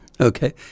okay